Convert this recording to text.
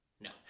no